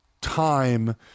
time